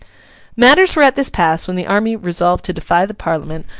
matters were at this pass when the army, resolved to defy the parliament,